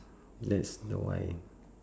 let's